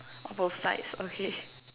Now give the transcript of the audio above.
on both sides okay